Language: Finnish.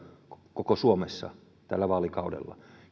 koko suomessa tällä vaalikaudella